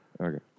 Okay